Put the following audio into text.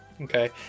Okay